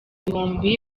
bihumbi